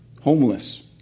homeless